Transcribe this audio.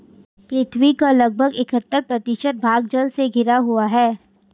पृथ्वी का लगभग इकहत्तर प्रतिशत भाग जल से घिरा हुआ है